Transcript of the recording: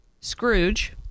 Scrooge